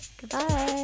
Goodbye